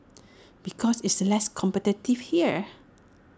because it's less competitive here